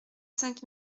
cinq